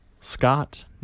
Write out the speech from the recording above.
Scott